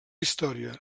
història